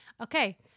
Okay